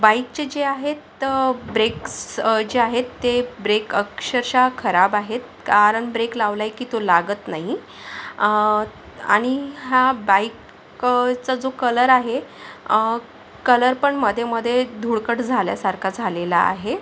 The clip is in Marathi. बाईकचे जे आहेत ब्रेक्स जे आहेत ते ब्रेक अक्षरशः खराब आहेत कारण ब्रेक लावलाय की तो लागत नाही आणि हा बाईकचा जो कलर आहे कलरपण मधे मधे धूळकट झाल्यासारखा झालेला आहे